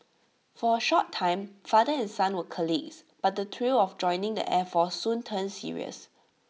for A short time father and son were colleagues but the thrill of joining the air force soon turned serious